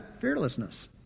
Fearlessness